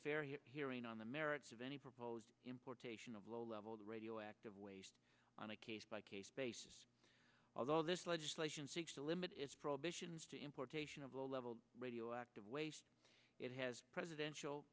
fair hearing on the merits of any proposed importation of low level radioactive waste on a case by case basis although this legislation seeks to limit its probations to importation of low level radioactive waste it has presidential